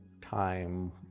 time